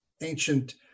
ancient